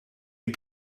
les